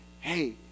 hey